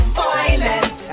violent